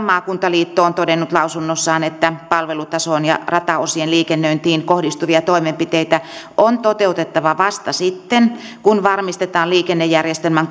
maakuntaliitto on todennut lausunnossaan että palvelutasoon ja rataosien liikennöintiin kohdistuvia toimenpiteitä on toteutettava vasta sitten kun varmistetaan liikennejärjestelmän